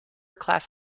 class